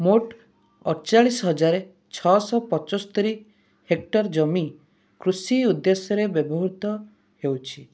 ମୋଟ ଅଠଚାଳିଶ ହଜାର ଛଅଶହ ପଞ୍ଚସ୍ତରୀ ହେକ୍ଟର୍ ଜମି କୃଷି ଉଦ୍ଦେଶ୍ୟରେ ବ୍ୟବହୃତ ହେଉଛି